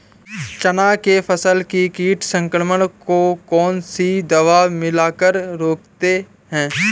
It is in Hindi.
चना के फसल में कीट संक्रमण को कौन सी दवा मिला कर रोकते हैं?